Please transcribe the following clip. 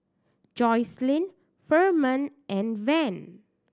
Jocelynn Firman and Van